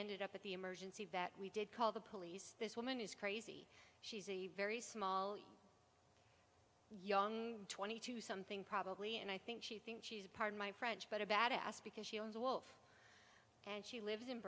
ended up at the emergency vet we did call the police this woman is crazy she's a very small young twenty two something probably and i think she thinks she's a pardon my french but a bad ass because she owns a wolf and she lives in